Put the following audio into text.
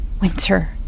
winter